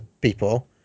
people